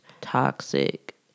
toxic